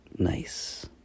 nice